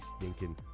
stinking